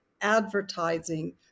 advertising